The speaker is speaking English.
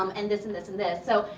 um and this, and this, and this. so,